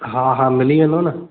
हा हा मिली वेंदो न